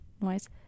noise